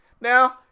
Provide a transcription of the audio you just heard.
Now